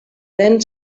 den